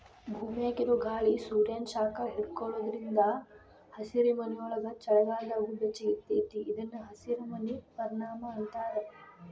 ಭೂಮ್ಯಾಗಿರೊ ಗಾಳಿ ಸೂರ್ಯಾನ ಶಾಖ ಹಿಡ್ಕೊಳೋದ್ರಿಂದ ಹಸಿರುಮನಿಯೊಳಗ ಚಳಿಗಾಲದಾಗೂ ಬೆಚ್ಚಗಿರತೇತಿ ಇದನ್ನ ಹಸಿರಮನಿ ಪರಿಣಾಮ ಅಂತಾರ